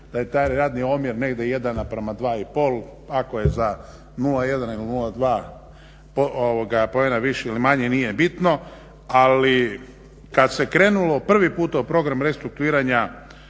da je taj radni omjer negdje 1:2,5 ako je za 0,1 ili 0,2 poena viši ili manji nije bitno ali kad se krenulo prvi puta u program restrukturiranja